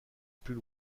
plus